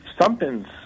something's